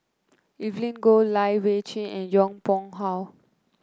Evelyn Goh Lai Weijie and Yong Pung How